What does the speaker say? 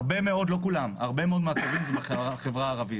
הרבה מאוד מהטובעים, לא כולם, זה מהחברה ערבית.